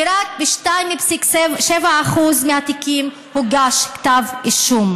ורק ב-2.7% מהתיקים הוגש כתב אישום.